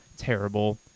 terrible